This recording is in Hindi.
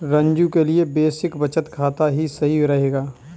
रंजू के लिए बेसिक बचत खाता ही सही रहेगा